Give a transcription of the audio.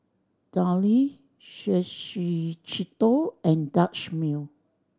Downy Suavecito and Dutch Mill